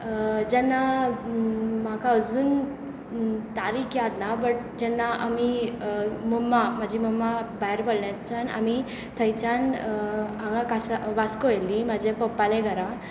जेन्ना म्हाका अजून तारीक याद ना बट जेन्ना आमी मम्मा म्हजी भायर पडल्याक सावन आमी थंयच्यान हांगा कासार वास्को आयलीं म्हज्या पप्पाल्या घरा